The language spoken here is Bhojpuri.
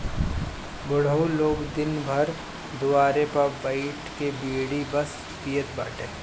बुढ़ऊ लोग दिन भर दुआरे पे बइठ के बीड़ी बस पियत बाटे